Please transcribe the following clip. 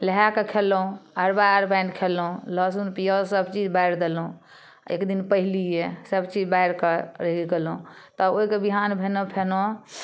नहाकऽ खयलहुँ अरबा अरबाइन खयलहुँ लहसुन पियाउज सब चीज बारि देलहुँ एक दिन पहलिये सब चीज बारिकऽ रहि गेलहुँ तब ओइकऽ विहान भेने फेनो